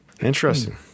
Interesting